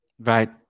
Right